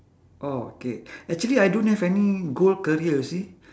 oh K actually I don't have any goal career you see